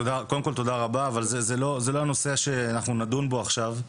תודה רבה, אבל זה לא הנושא שאנחנו נדון בו עכשיו.